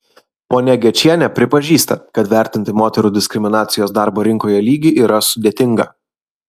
ponia gečienė pripažįsta kad vertinti moterų diskriminacijos darbo rinkoje lygį yra sudėtinga